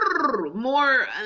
more